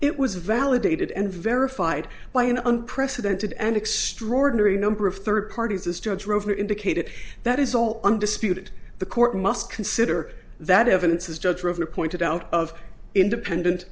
it was validated and verified by an unprecedented and extraordinary number of third parties this judge rover indicated that is all undisputed the court must consider that evidence is judge over pointed out of independent